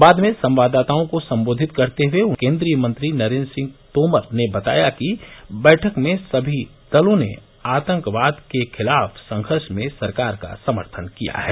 बाद में संवाददाताओं को सम्बोधित करते हुए केन्द्रीय मंत्री नरेन्द्र सिंह तोमर ने बताया कि बैठक में सभी दलों ने आतंकवाद के खिलाफ संघर्ष में सरकार का समर्थन किया है